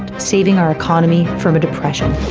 saving our economy from a depression.